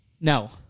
No